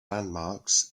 landmarks